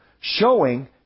showing